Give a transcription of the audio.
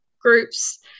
groups